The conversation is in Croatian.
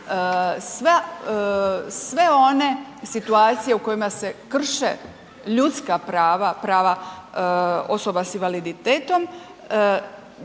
sve one situacija u kojima se krše ljudska prava, prava osoba sa invaliditetom,